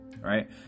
right